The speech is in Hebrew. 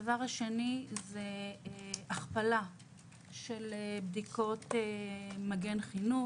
הדבר השני הוא הכפלה של בדיקות "מגן חינוך".